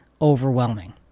overwhelming